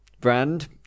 Brand